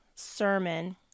sermon